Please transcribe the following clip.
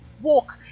walk